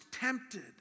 tempted